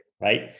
right